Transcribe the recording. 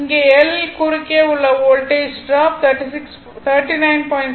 இங்கே L குறுக்கே உள்ள வோல்டேஜ் ட்ராப் 39